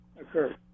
occurred